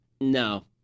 no